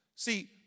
See